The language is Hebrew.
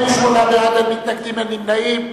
48 בעד, אין מתנגדים, אין נמנעים.